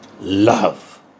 love